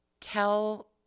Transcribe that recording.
tell